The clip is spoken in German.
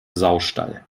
saustall